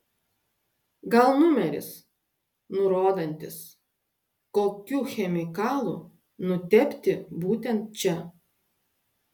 gal numeris nurodantis kokiu chemikalu nutepti būtent čia